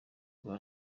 rwa